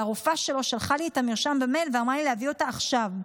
והרופאה שלו שלחה לי את המרשם במייל ואמרה לי להביא אותה עכשיו.